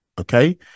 okay